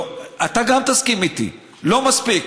אתה גם תסכים איתי, לא מספיק.